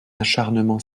acharnement